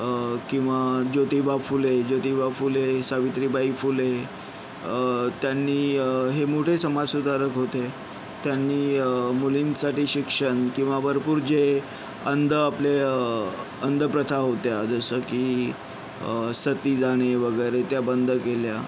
किंवा ज्योतिबा फुले ज्योतिबा फुले सावित्रीबाई फुले त्यांनी हे मोठे समाज सुधारक होते त्यांनी मुलींसाठी शिक्षण किंवा भरपूर जे अंध आपले अंध प्रथा होत्या जसं की सती जाणे वगैरे त्या बंद केल्या